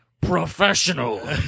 professional